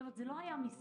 כלומר זה לא היה משחק.